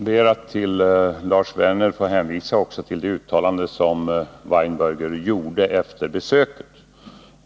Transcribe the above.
Herr talman! Jag ber att få hänvisa Lars Werner också till det uttalande som försvarsminister Weinberger gjorde efter besöket.